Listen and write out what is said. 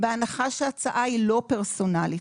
בהנחה שההצעה היא לא פרסונלית,